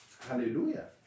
hallelujah